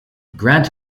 grant